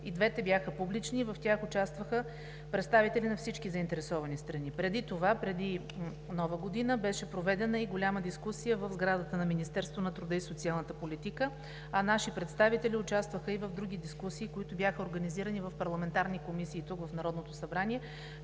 И двете бяха публични и в тях участваха представители на всички заинтересовани страни. Преди това, преди Нова година беше проведена и голяма дискусия в сградата на Министерството на труда и социалната политика, а наши представители участваха и в други дискусии, които бяха организирани в парламентарни комисии тук, в Народното събрание,